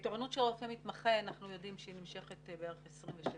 תורנות של רופא מתמחה אנחנו יודעים שהיא נמשכת בערך 26 שעות,